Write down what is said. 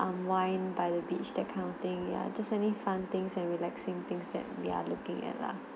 unwind by the beach that kind of thing ya just any fun things and relaxing things that we are looking at lah